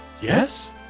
Yes